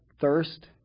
thirst